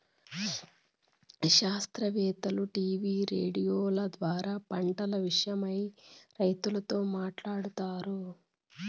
శాస్త్రవేత్తలు టీవీ రేడియోల ద్వారా పంటల విషయమై రైతులతో మాట్లాడుతారు